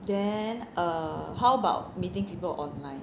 then err how about meeting people online